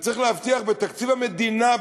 וצריך להבטיח בתקציב המדינה,